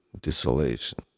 Desolation